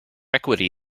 equity